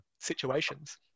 situations